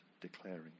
declaring